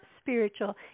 spiritual